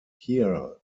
here